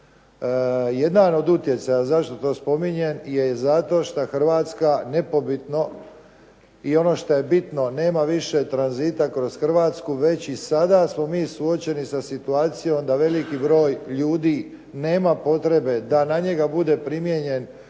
Jedan od utjecaja zašto to spominjem je zato što Hrvatska nepobitno i ono što je bitno, nema više tranzita kroz Hrvatsku, već i sada smo mi suočeni sa situacijom da veliki broj ljudi nema potrebe da na njega bude primijenjen